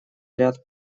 ряд